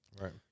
Right